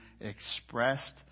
expressed